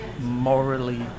morally